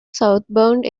southbound